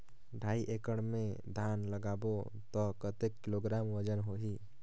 ढाई एकड़ मे धान लगाबो त कतेक किलोग्राम वजन होही?